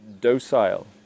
docile